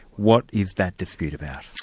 what is that dispute about?